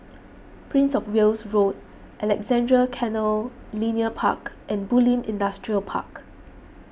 Prince of Wales Road Alexandra Canal Linear Park and Bulim Industrial Park